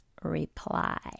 Reply